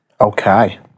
Okay